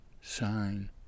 sign